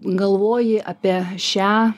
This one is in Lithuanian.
galvoji apie šią